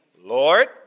Lord